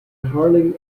harlem